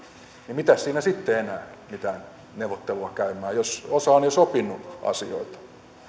mitä siinä sitten enää mitään neuvottelua käymään jos osa on jo sopinut asioita